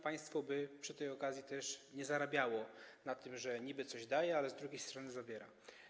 Państwo by przy tej okazji też nie zarabiało na tym, że niby coś daje, ale z drugiej strony zabiera.